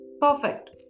perfect